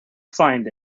find